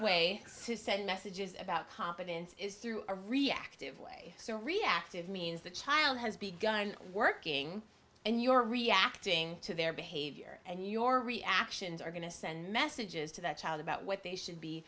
send messages about competence is through a reactive way so reactive means the child has begun working and you are reacting to their behavior and your reactions are going to send messages to that child about what they should be